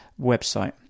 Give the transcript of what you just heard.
website